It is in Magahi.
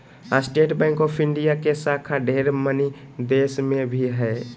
स्टेट बैंक ऑफ़ इंडिया के शाखा ढेर मनी देश मे भी हय